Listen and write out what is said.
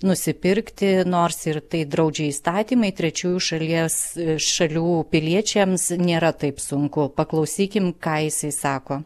nusipirkti nors ir tai draudžia įstatymai trečiųjų šalies šalių piliečiams nėra taip sunku paklausykim ką jisai sako